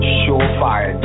surefire